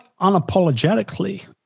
unapologetically